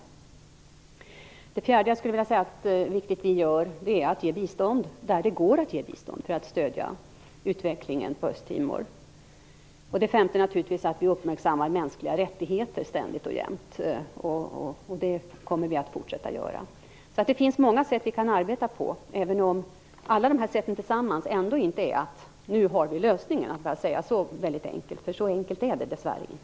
För det fjärde är en viktig sak som vi gör att vi ger bistånd där det går att ge bistånd för att stödja utvecklingen på Östtimor. För det femte gäller det naturligtvis att vi ständigt och jämt uppmärksammar de mänskliga rättigheterna. Det kommer vi att fortsätta att göra. Det finns alltså många sätt att arbeta på. Alla sätten tillsammans betyder inte att vi nu har lösningen, för så enkelt är det dessvärre inte.